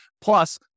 Plus